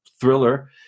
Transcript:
thriller